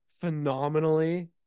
phenomenally